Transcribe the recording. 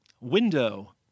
Window